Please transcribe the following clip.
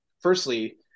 Firstly